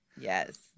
Yes